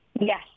Yes